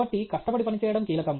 కాబట్టి కష్టపడి పనిచేయడం కీలకం